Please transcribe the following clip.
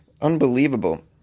Unbelievable